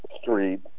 street